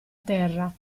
terra